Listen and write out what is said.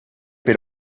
per